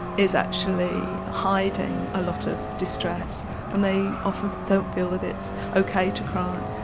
is actually hiding a lot of distress and they often don't feel that it's ok to cry.